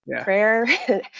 prayer